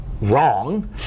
wrong